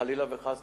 חלילה וחס,